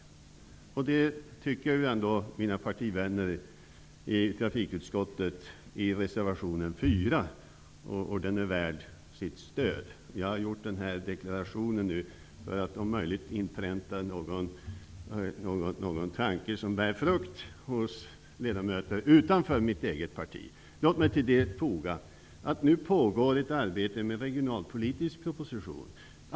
Mina partivänner i trafikutskottet för fram den åsikten i reservation 4, och den är värd sitt stöd. Jag har gjort den här deklarationen för att om möjligt inpränta någon tanke som bär frukt hos ledamöter utanför mitt eget parti. Låt mig till detta foga att det nu pågår ett arbete med en regionalpolitisk proposition.